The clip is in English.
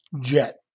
jet